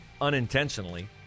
unintentionally